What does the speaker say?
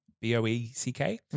B-O-E-C-K